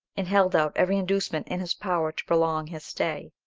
and held out every inducement in his power to prolong his stay.